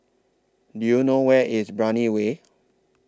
Do YOU know Where IS Brani Way